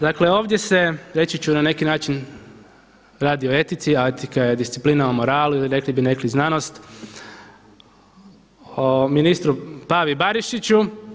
Dakle, ovdje se reći ću na neki način radi o etici, a etika je disciplina o moralu ili rekli bi neki znanost o ministru Pavi Barišiću.